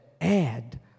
add